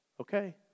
okay